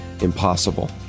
impossible